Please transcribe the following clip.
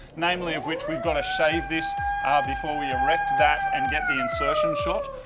namely of which we got to shave this ah before we erect that and get the insertion shot.